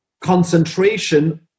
concentration